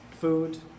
food